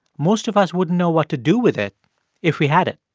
most of us wouldn't know what to do with it if we had it.